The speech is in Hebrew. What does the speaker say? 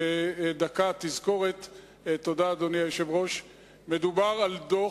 תזכורת בדקה: מדובר על דוח,